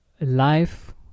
life